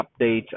updates